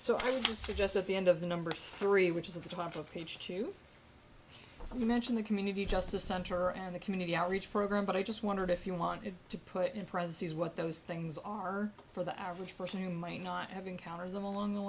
suggest at the end of the number three which is at the top of page two you mentioned the community justice center and the community outreach program but i just wondered if you wanted to put in prezzies what those things are for the average person who might not have encountered them along the